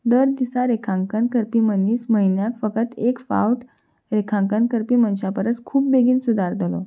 दर दिसा रेखांकन करपी मनीस म्हयन्याक फकत एक फावट रेखांकन करपी मनशां परस खूब बेगीन सुदारतलो